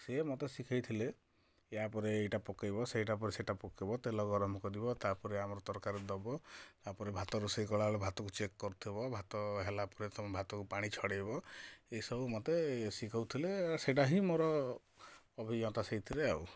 ସିଏ ମୋତେ ଶିଖାଇଥିଲେ ୟାପରେ ଏଇଟା ପକାଇବ ସେଇଟା ପରେ ସେଇଟା ପକାଇବ ତେଲ ଗରମ କରିବ ତାପରେ ଆମର ତରକାରୀ ଦବ ତାପରେ ଭାତ ରୋଷେଇ କଲାବେଳେ ଭାତୁ କୁ ଚେକ୍ କରୁଥିବ ଭାତ ହେଲାପରେ ତମେ ଭାତୁ କୁ ପାଣି ଛଡ଼ାଇବ ଏସବୁ ମୋତେ ଶିଖଉଥିଲେ ସେଇଟା ହିଁ ମୋର ଅଭିଜ୍ଞତା ସେଇଥିରେ ଆଉ